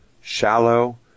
shallow